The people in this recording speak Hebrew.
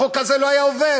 החוק הזה לא היה עובר.